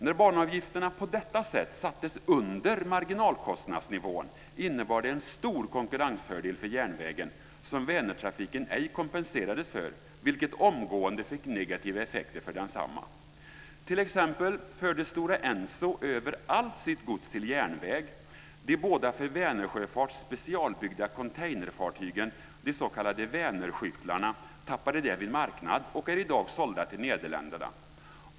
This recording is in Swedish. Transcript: När banavgifterna på detta sätt sattes under marginalkostnadsnivån innebar det en stor konkurrensfördel för järnvägen som Vänertrafiken ej kompenserades för, vilket omgående fick negativa effekter för densamma. T.ex. förde Stora Enso över allt sitt gods till järnväg. De båda för Vänersjöfart specialbyggda containerfartygen "vänerskyttlarna" tappade därvid marknad och är i dag sålda till Nederländerna.